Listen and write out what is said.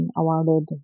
awarded